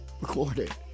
recorded